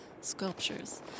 sculptures